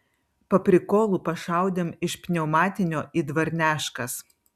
paprikolu pašaudėm iš pniaumatinio į dvarneškas